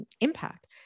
impact